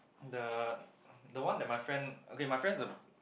the the one that my friend okay my friend